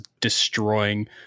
destroying